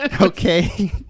Okay